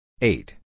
Eight